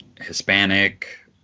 Hispanic